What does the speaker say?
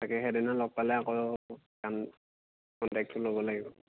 তাকে সেইদিনা লগ পালে আকৌ গান কণ্টেক্টটো ল'ব লাগিব